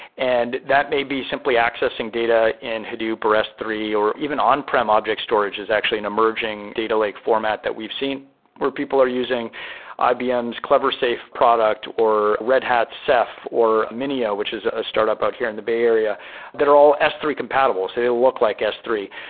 and that may be simply accessing data in hadoop or s three or even on-prem object storage is actually an emerging data lake format that we've seen where people are using ah ibm's cleversafe product or red hat's cepth or minio, which is a startup out here in the bay area that are all s three compatible. so they look like s three.